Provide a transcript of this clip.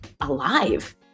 alive